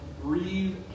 breathe